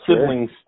siblings